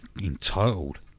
entitled